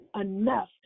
enough